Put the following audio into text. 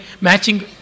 matching